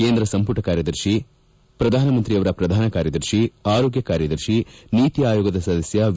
ಕೇಂದ್ರ ಸಂಮಟ ಕಾರ್ಯದರ್ಶಿ ಪ್ರಧಾನಮಂತ್ರಿಯವರ ಪ್ರಧಾನ ಕಾರ್ಯದರ್ಶಿ ಆರೋಗ್ಯ ಕಾರ್ಯದರ್ಶಿ ನೀತಿ ಆಯೋಗದ ಸದಸ್ನ ವಿ